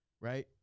Right